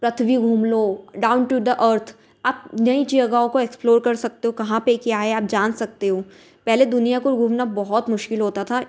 पृथ्वी भी घूम लो डाउन टू द अर्थ आप नई जगहों को एक्सप्लोर कर सकते हो कहाँ पर क्या है आप जान सकते हो पहले दुनिया को घूमना बहुत मुश्किल होता था